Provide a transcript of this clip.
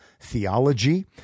Theology